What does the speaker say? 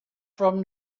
from